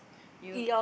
you